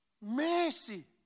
mercy